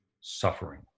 suffering